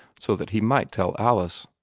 so that he might tell alice.